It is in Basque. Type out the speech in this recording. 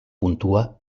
puntua